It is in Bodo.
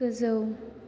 गोजौ